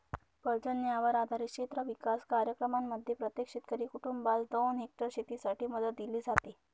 पर्जन्यावर आधारित क्षेत्र विकास कार्यक्रमांमध्ये प्रत्येक शेतकरी कुटुंबास दोन हेक्टर शेतीसाठी मदत दिली जाते